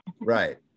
Right